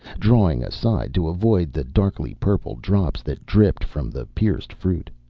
drawing aside to avoid the darkly purple drops that dripped from the pierced fruit.